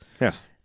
Yes